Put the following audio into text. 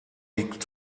liegt